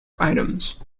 items